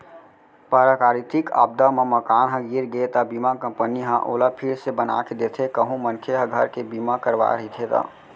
पराकरितिक आपदा म मकान ह गिर गे त बीमा कंपनी ह ओला फिर से बनाके देथे कहूं मनखे ह घर के बीमा करवाय रहिथे ता